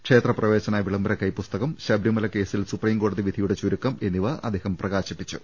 ക്ഷേത്രപ്രവേശന വിളംബര കൈപ്പുസ്തകം ശബരിമല കേസിൽ സുപ്രീംകോടതി വിധിയുടെ ചുരുക്കം എന്നിവ അദ്ദേഹം പ്രകാശിപ്പിച്ചു